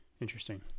Interesting